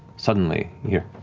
suddenly, you